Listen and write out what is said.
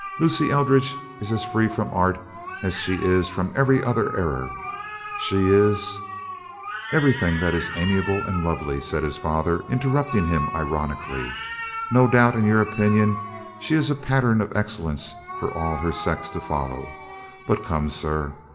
lucy eldridge is as free from art as she is from every other error she is everything that is amiable and lovely, said his father, interrupting him ironically no doubt in your opinion she is a pattern of excellence for all her sex to follow but come, sir,